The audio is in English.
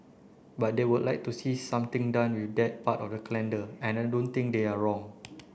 but they would like to see something done with that part of the calendar and I don't think they're wrong